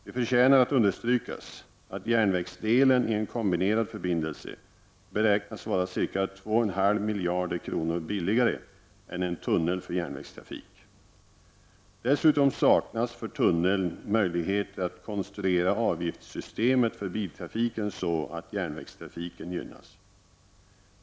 Det förtjänar att understrykas att järnvägsdelen i en kombinerad förbindelse beräknas vara ca 2,5 miljarder kronor billigare än en tunnel för järnvägstrafik. Dessutom saknas för tunneln möjligheter att konstruera avgiftssystemet för biltrafiken så att järnvägstrafiken gynnas.